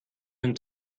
hun